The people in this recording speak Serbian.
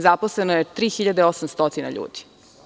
Zaposleno je 3.800 ljudi.